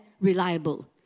reliable